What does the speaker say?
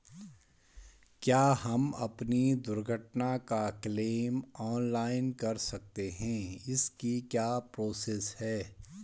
क्या हम अपनी दुर्घटना का क्लेम ऑनलाइन कर सकते हैं इसकी क्या प्रोसेस है?